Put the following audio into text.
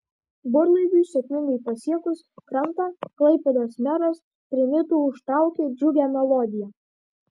burlaiviui sėkmingai pasiekus krantą klaipėdos meras trimitu užtraukė džiugią melodiją